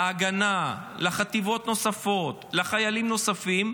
להגנה, לחטיבות נוספות, לחיילים נוספים,